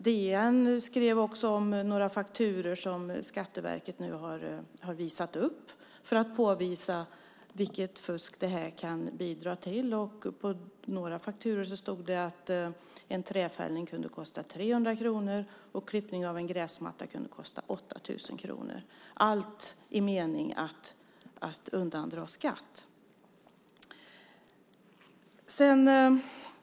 DN skrev också om några fakturor som Skatteverket nu har visat upp för att påvisa vilket fusk det här kan bidra till. På några fakturor stod det att en trädfällning kunde kosta 300 kronor och att klippning av en gräsmatta kunde kosta 8 000 kronor, allt i mening att undandra sig skatt.